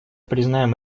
признаем